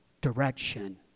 direction